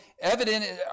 evident